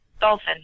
Dolphin